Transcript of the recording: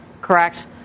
correct